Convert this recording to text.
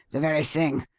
the very thing.